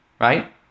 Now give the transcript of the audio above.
right